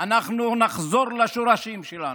אנחנו נחזור לשורשים שלנו.